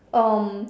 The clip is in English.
um